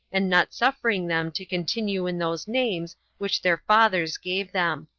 and not suffering them to continue in those names which their fathers gave them.